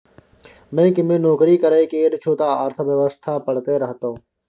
bank मे नौकरी करय केर छौ त अर्थव्यवस्था पढ़हे परतौ